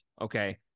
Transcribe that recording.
okay